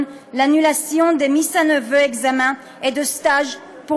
על ביטול בחינות השלב והסטאז' עבור